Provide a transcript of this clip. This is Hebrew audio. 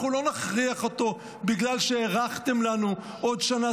אנחנו לא נכריח אותו בגלל שהארכתם לנו עוד שנה,